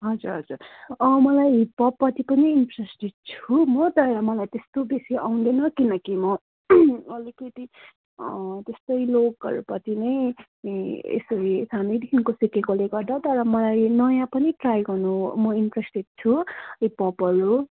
हजुर हजुर मलाई हिपपपपट्टि पनि इन्ट्रेस्टेड छु म तर मलाई त्यस्तो बेसी आउँदैन किनकि म अलिकति त्यस्तै लोकहरूपट्टि नै यसरी सानैदेखिको सिकेकोले गर्दा तर मलाई नयाँ पनि ट्राई गर्नु म इन्ट्रेस्टेड छु हिपपपहरू